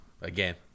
Again